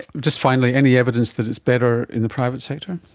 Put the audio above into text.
just finally, any evidence that it's better in the private sector?